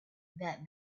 that